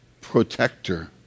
protector